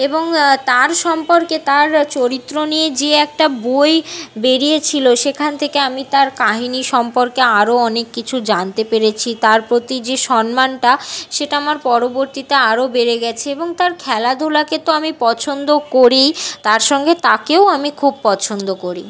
এবং তার সম্পর্কে তার চরিত্র নিয়ে যে একটা বই বেরিয়েছিল সেখান থেকে আমি তার কাহিনি সম্পর্কে আরও অনেক কিছু জানতে পেরেছি তার প্রতি যে সম্মানটা সেটা আমার পরবর্তীতে আরও বেড়ে গেছে এবং তার খেলাধুলাকে তো আমি পছন্দ করিই তার সঙ্গে তাকেও আমি খুব পছন্দ করি